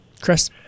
chris